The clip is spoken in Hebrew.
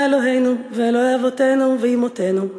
ה' אלוהינו ואלוהי אבותינו ואמותינו,